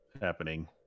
Happening